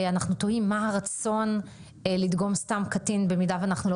אנחנו תוהים מה הרצון לדגום סתם קטין במידה ואנחנו לא